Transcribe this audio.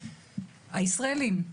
הישראלים,